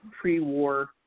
pre-war